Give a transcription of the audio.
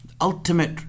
ultimate